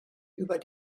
über